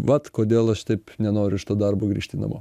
vat kodėl aš taip nenoriu iš to darbo grįžti namo